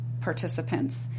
participants